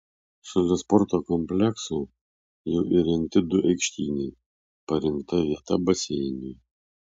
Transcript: šalia sporto komplekso jau įrengti du aikštynai parinkta vieta baseinui